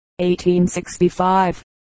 1865